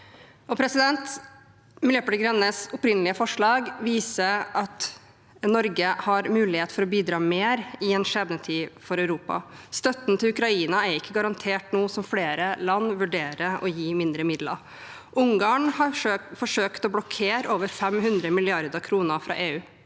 Miljøpartiet De Grønnes opprinnelige forslag viser at Norge har mulighet til å bidra mer i en skjebnetid for Europa. Støtten til Ukraina er ikke garantert nå som flere land vurderer å gi mindre midler. Ungarn har forsøkt å blokkere over 500 mrd. kr fra EU.